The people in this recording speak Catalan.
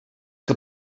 que